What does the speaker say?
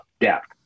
depth